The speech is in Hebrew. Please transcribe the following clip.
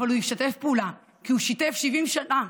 אבל הוא ישתף פעולה, כי הוא שיתף פעולה 70 שנה,